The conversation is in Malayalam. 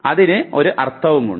അതിന് ഒരു അർത്ഥവുമുണ്ട്